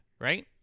right